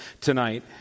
tonight